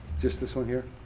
just this one here?